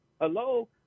hello